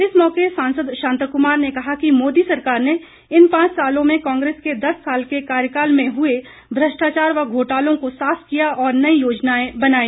इस मौके सांसद शांता कुमार ने कहा कि मोदी सरकार ने इन पांच सालों में कांग्रेस के दस साल के कार्यकाल में हुए भ्रष्टाचार व घोटालों को साफ किया और नई योजनाएं बनाई